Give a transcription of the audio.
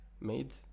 made